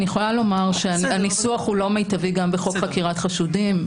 אני יכולה לומר הניסוח הוא לא מיטבי גם בחוק חקירת חשודים.